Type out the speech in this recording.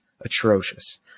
atrocious